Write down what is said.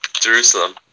Jerusalem